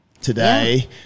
today